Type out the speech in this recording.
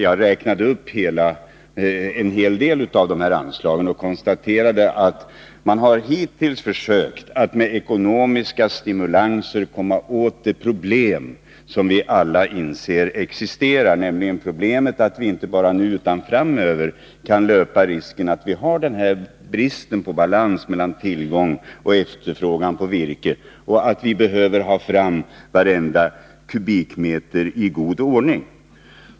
Jag räknade upp en hel del av dessa anslag och konstaterade att man hittills har försökt att med ekonomiska stimulanser komma åt det problem som vi alla inser existerar, nämligen att vi inte bara nu, utan även framöver kan löpa risken att ha denna brist på balans mellan tillgång och efterfrågan på virke. Vi behöver få fram varenda kubikmeter i god ordning.